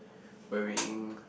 wearing